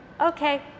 Okay